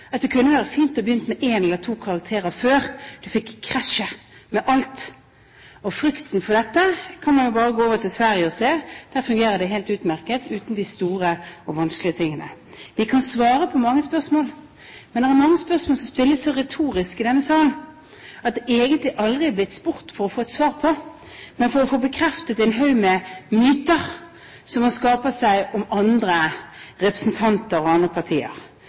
at det kunne vært fint å begynne med en eller to karakterer før man får krasjet med alt. Frykten for dette kan man bare gå over til Sverige og sjekke. Der fungerer det helt utmerket uten de store og vanskelige sakene. Vi kan svare på mange spørsmål, men det er mange spørsmål som stilles i denne sal, som er retoriske. Det blir egentlig aldri spurt for å få et svar, men for å få bekreftet en haug med myter som man skaper seg om andre representanter og